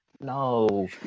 no